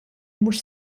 mhux